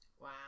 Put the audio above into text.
Wow